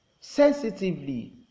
sensitively